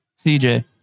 CJ